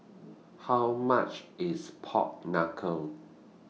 How much IS Pork Knuckle